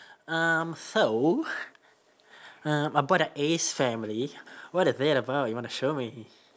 um so um I bought a ace family what a you wanna show me